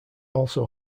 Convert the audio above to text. also